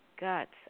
guts